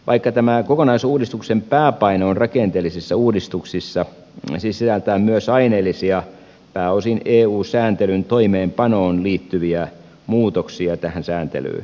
vaikka tämän kokonaisuudistuksen pääpaino on rakenteellisissa uudistuksissa se sisältää myös aineellisia pääosin eu sääntelyn toimeenpanoon liittyviä muutoksia tähän sääntelyyn